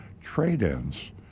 trade-ins